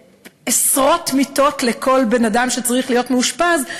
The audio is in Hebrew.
עשרות מיטות על כל בן-אדם שצריך להיות מאושפז,